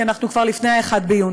כי אנחנו כבר לפני 1 ביוני,